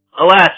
Alas